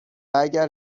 اگر